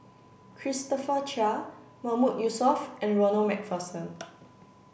Christopher Chia Mahmood Yusof and Ronald MacPherson